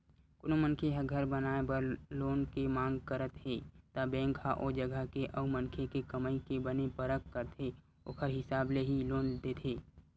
कोनो मनखे ह घर बनाए बर लोन के मांग करत हे त बेंक ह ओ जगा के अउ मनखे के कमई के बने परख करथे ओखर हिसाब ले ही लोन देथे